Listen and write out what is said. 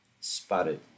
spotted